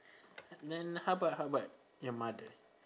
then how about how about your mother